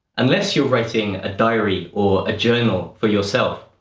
unless you're writing a diary or a journal for yourself,